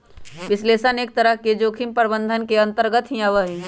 विश्लेषण एक तरह से जोखिम प्रबंधन के अन्तर्गत भी आवा हई